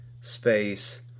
space